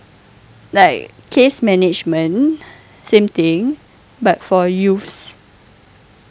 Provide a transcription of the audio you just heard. like case management same thing but for youths so then ah